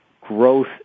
growth